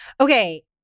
Okay